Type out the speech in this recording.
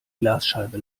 glasscheibe